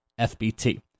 FBT